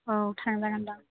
औ थांजागोनदां